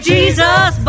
Jesus